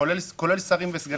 כולל שרים וסגני שרים.